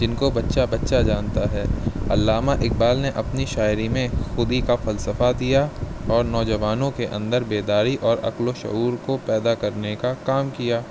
جن کو بچہ بچہ جانتا ہے علامہ اقبال نے اپنی شاعری میں خودی کا فلسفہ دیا اور نوجوانوں کے اندر بیداری اور عقل و شعور کو پیدا کرنے کا کام کیا